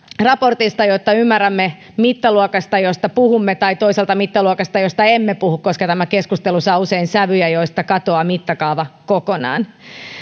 raportista jotta ymmärrämme mittaluokan josta puhumme tai toisaalta mittaluokan josta emme puhu koska tämä keskustelu saa usein sävyjä joista katoaa mittakaava kokonaan